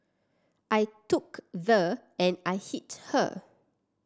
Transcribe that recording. I took the and I hit her